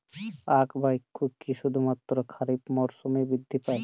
আখ বা ইক্ষু কি শুধুমাত্র খারিফ মরসুমেই বৃদ্ধি পায়?